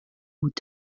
نبود